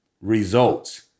results